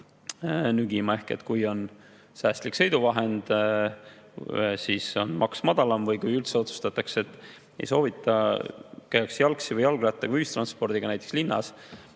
nügima. Kui on säästlik sõiduvahend, siis on maks madalam, või kui üldse otsustatakse, et ei soovita [autot], käiakse jalgsi või jalgrattaga või ühistranspordiga, näiteks linnas,